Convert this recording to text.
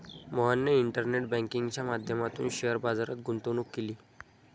मोहनने इंटरनेट बँकिंगच्या माध्यमातून शेअर बाजारात गुंतवणूक केली